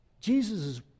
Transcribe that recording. Jesus